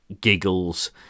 giggles